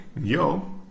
yo